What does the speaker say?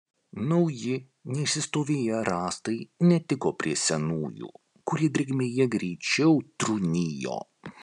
nauji neišsistovėję rąstai netiko prie senųjų kurie drėgmėje greičiau trūnijo